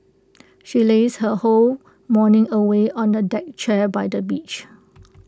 she lazed her whole morning away on A deck chair by the beach